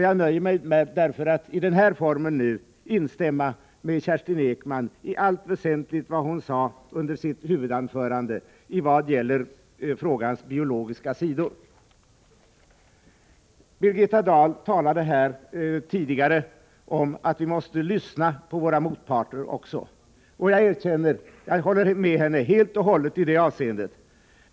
Jag nöjer mig nu med att i den här formen instämma med Kerstin Ekman i allt väsentligt av det hon sade under sitt huvudanförande i vad gäller frågans biologiska sida. Birgitta Dahl talade tidigare om att vi måste lyssna på våra motparter. Jag håller med henne helt och hållet i det avseendet.